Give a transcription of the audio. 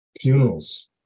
funerals